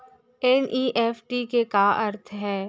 NEFT के का अर्थ है?